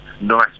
nice